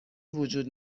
وجود